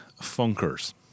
Funkers